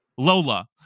Lola